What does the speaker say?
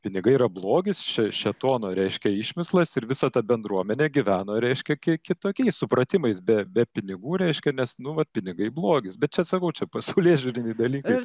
pinigai yra blogis šė šėtono reiškia išmislas ir visa ta bendruomenė gyveno reiškia kiek kitokiais supratimais be be pinigų reiškia nes nu vat pinigai blogis bet čia sakau čia pasaulėžiūriniai dalykai